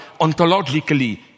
ontologically